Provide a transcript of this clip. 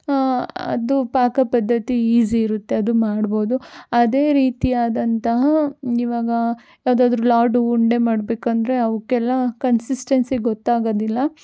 ಅದು ಪಾಕ ಪದ್ಧತಿ ಈಸಿ ಇರುತ್ತೆ ಅದು ಮಾಡ್ಬೋದು ಅದೇ ರೀತಿಯಾದಂತಹ ಇವಾಗ ಯಾವ್ದಾದ್ರು ಲಾಡು ಉಂಡೆ ಮಾಡ್ಬೇಕಂದ್ರೆ ಅವಕ್ಕೆಲ್ಲ ಕನ್ಸಿಸ್ಟೆನ್ಸಿ ಗೊತ್ತಾಗೋದಿಲ್ಲ